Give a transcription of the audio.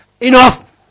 Enough